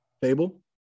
Fable